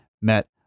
met